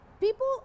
people